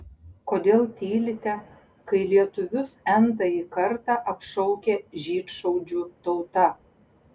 kodėl tylite kai lietuvius n tąjį kartą apšaukia žydšaudžių tauta